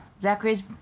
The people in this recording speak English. zachary's